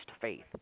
faith